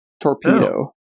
torpedo